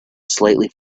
slightly